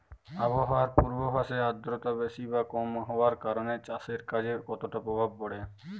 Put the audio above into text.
আবহাওয়ার পূর্বাভাসে আর্দ্রতা বেশি বা কম হওয়ার কারণে চাষের কাজে কতটা প্রভাব পড়ে?